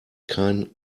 kein